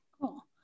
Cool